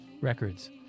Records